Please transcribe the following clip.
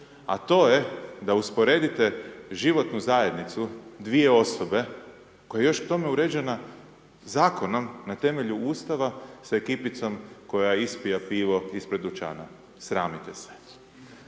a to je da usporedite životnu zajednicu dvije osobe koja je još tome uređena zakonom na temelju Ustava sa ekipicom koja ispija pivo ispred dućana, sramite se.